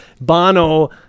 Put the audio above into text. Bono